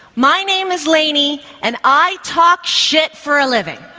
my name is laney and i talk shit for a living.